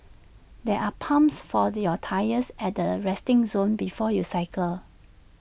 there are pumps for your tyres at the resting zone before you cycle